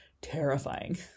terrifying